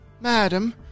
Madam